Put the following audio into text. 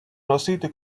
носити